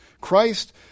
Christ